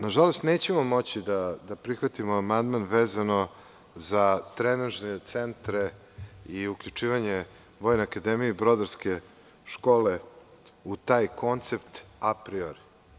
Nažalost, nećemo moći da prihvatimo amandman vezano za trenažne centre i uključivanja Vojne akademije i Brodarske škole u taj koncept apriori.